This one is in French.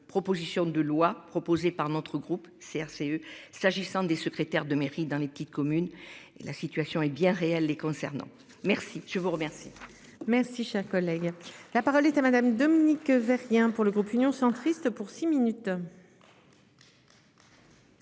proposition de loi proposée par notre groupe CRCE s'agissant des secrétaires de mairie dans les petites communes et la situation est bien réel les concernant. Merci, je vous remercie. Merci, cher collègue, la parole est à Madame, Dominique Vérien pour le groupe Union centriste pour six minutes.